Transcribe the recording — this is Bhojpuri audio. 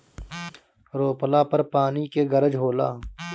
रोपला पर पानी के गरज होला